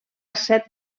set